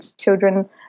children